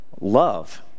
love